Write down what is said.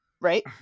right